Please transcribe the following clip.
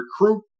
Recruit